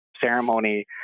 ceremony